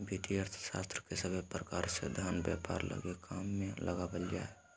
वित्तीय अर्थशास्त्र के सभे प्रकार से धन व्यापार लगी काम मे लावल जा हय